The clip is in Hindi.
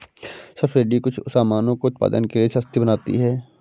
सब्सिडी कुछ सामानों को उत्पादन के लिए सस्ती बनाती है